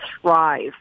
thrive